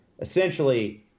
essentially